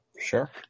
sure